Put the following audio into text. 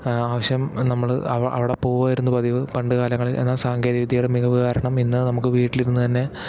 ആവശ്യം നമ്മള് അവ അവിടെ പോകുവായിരുന്നു പതിവ് പണ്ടുകാലങ്ങളിൽ എന്നാൽ സാങ്കേതികവിദ്യയുടെ മികവുകാരണം ഇന്ന് നമുക്ക് വീട്ടിലിരുന്നു തന്നേ